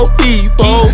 people